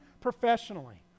professionally